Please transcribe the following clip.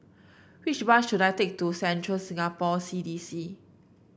which bus should I take to Central Singapore C D C